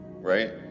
Right